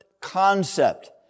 concept